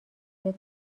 فکر